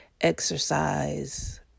exercise